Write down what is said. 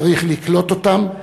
צריך לקלוט אותם,